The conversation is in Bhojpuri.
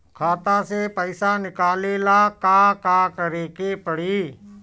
खाता से पैसा निकाले ला का का करे के पड़ी?